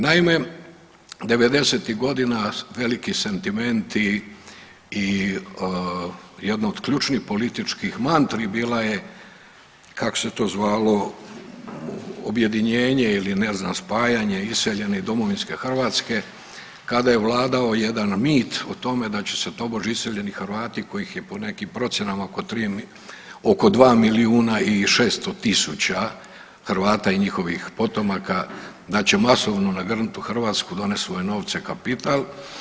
Naime, 90-ih godina veliki sentimenti i jedno od ključnih političkih mantri bila je, kako se to zvalo, objedinjenje ili ne znam, spajanje iseljene domovinske Hrvatske kada je vladao jedan mit o tome da će tobože iseljeni Hrvati kojih je po nekim procjenama oko 3 .../nerazumljivo/... oko 2 milijuna i 600 tisuća Hrvata i njihovih potomaka, da će masovno nagrnuti u Hrvatsku, donest svoje novce, kapital.